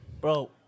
Bro